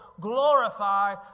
glorify